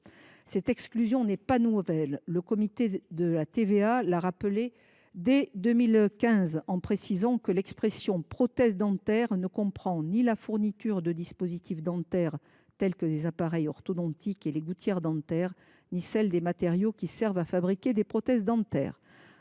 Cette exclusion n’est pas nouvelle : le comité de la TVA l’a rappelée dès 2015, en précisant que l’expression « prothèses dentaires » ne comprend ni la fourniture de dispositifs dentaires tels que les appareils orthodontiques et les gouttières dentaires ni celle des matériaux qui servent à fabriquer des prothèses dentaires.